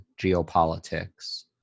geopolitics